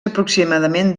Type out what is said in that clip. aproximadament